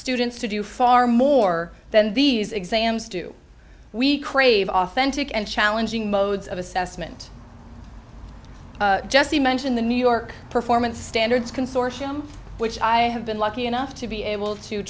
students to do far more than these exams do we crave authentic and challenging modes of assessment just to mention the new york performance standards consortium which i have been lucky enough to be able to